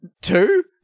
Two